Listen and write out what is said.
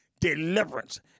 deliverance